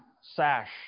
sash